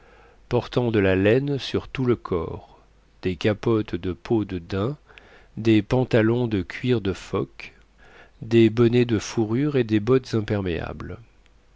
portant de la laine sur tout le corps des capotes de peau de daim des pantalons de cuir de phoque des bonnets de fourrure et des bottes imperméables